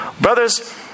Brothers